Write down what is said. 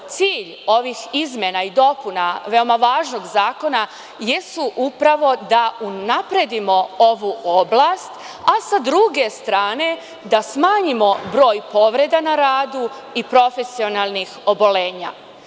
Cilj ovih izmena i dopuna veoma važnog zakona jesu upravo da unapredimo ovu oblast, a sa druge strane da smanjimo broj povreda na radu i profesionalnih oboljenja.